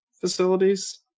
facilities